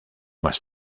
más